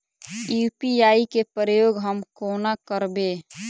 UPI केँ प्रयोग हम कोना करबे?